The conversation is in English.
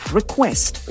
request